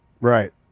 Right